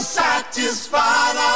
satisfied